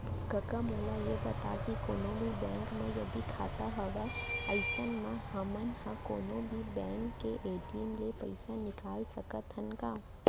कका मोला ये बता के कोनों भी बेंक म यदि खाता हवय अइसन म हमन ह कोनों भी बेंक के ए.टी.एम ले पइसा निकाल सकत हन का?